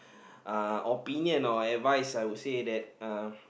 uh opinion or advice I would say that uh